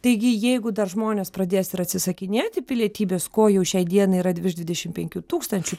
taigi jeigu dar žmonės pradės ir atsisakinėti pilietybės ko jau šiai dienai yra virš dvidešim penkių tūkstančių